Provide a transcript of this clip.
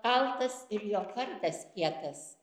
kaltas ir jo kardas kietas